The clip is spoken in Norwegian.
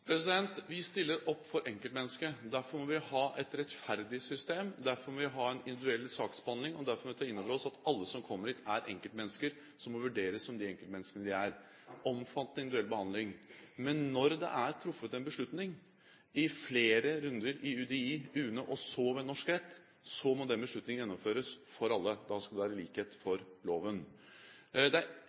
Vi stiller opp for enkeltmennesket. Derfor må vi ha et rettferdig system, derfor må vi ha en individuell saksbehandling, og derfor må vi ta inn over oss at alle som kommer hit, er enkeltmennesker som må vurderes som de enkeltmenneskene de er – omfattende individuell behandling. Men når det er truffet en beslutning i flere runder i UDI, i UNE og så ved norsk rett, så må den beslutningen gjennomføres for alle. Da skal det være likhet for loven. Det er åpenbart at vi skal ha ut de